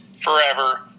forever